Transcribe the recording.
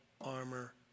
armor